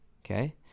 okay